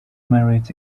married